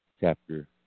chapter